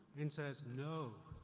and says, no,